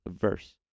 verse